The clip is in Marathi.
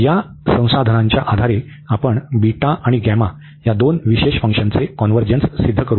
तर या संसाधनांच्या आधारे आपण बीटा आणि गॅमा या दोन विशेष फंक्शनचे कॉन्व्हर्जन्स सिद्ध करू